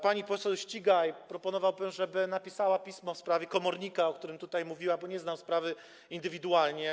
Pani poseł Ścigaj proponowałbym, żeby napisała pismo w sprawie komornika, o którym tutaj mówiła, bo nie znam sprawy indywidualnie.